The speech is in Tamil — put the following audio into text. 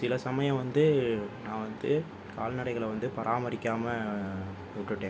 சில சமயம் வந்து நான் வந்து கால்நடைகளை வந்து பராமரிக்காமல் விட்டுவிட்டேன்